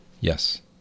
Yes